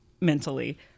mentally